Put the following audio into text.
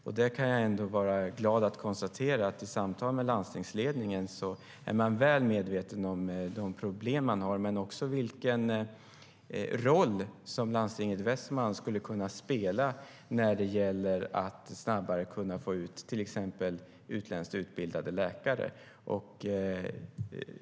Jag är glad att kunna konstatera att det i samtal med landstingsledningen framkom att man är väl medveten om de problem som finns men också vilken roll Landstinget Västmanland skulle kunna spela för att snabbare få ut exempelvis utländskt utbildade läkare.